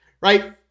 right